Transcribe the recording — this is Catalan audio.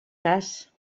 cas